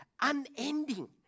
unending